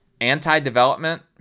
anti-development